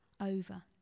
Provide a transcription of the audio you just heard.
over